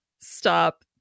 stop